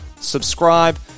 subscribe